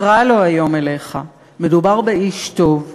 קרא לו היום אליך, מדובר באיש טוב,